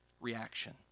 reaction